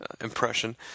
impression